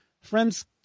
friends